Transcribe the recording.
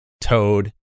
Toad